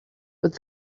but